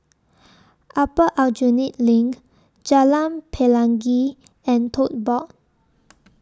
Upper Aljunied LINK Jalan Pelangi and Tote Board